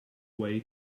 way